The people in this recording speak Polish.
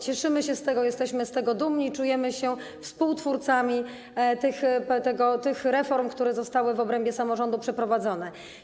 Cieszymy się z tego, jesteśmy z tego dumni i czujemy się współtwórcami tych reform, które zostały w obrębie samorządu przeprowadzone.